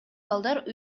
балдар